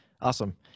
Awesome